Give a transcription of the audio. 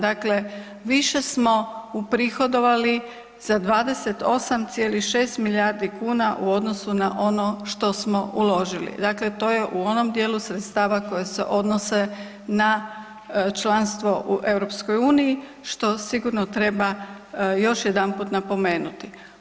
Dakle više smo uprihodovali za 28,6 milijardi kuna u odnosu na ono što smo uložili, dakle to je u onom dijelu sredstava koje se odnose na članstvo u EU, što sigurno treba još jedanput napomenuti.